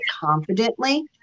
confidently